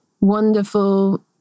wonderful